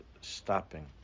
stopping